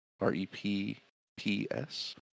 R-E-P-P-S